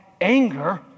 anger